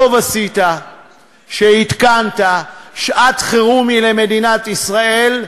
טוב עשית שהתקנת שעת חירום למדינת ישראל,